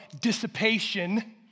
dissipation